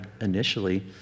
initially